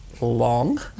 long